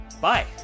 bye